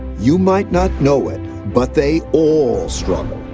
you might not know it, but they all struggled,